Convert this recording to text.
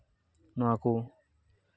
ᱱᱚᱣᱟ ᱠᱚ